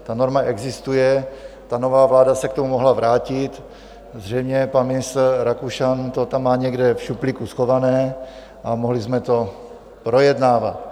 Ta norma existuje, nová vláda se k tomu mohla vrátit, zřejmě pan ministr Rakušan to tam má někde v šuplíku schované, a mohli jsme to projednávat.